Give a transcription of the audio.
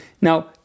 Now